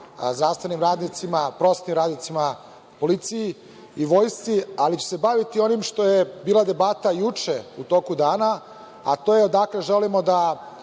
zdravstvenim radnicima, prosvetnim radnicima, policiji i vojsci, ali ću se baviti onim što je bila debata juče u toku dana, a to je odakle želimo da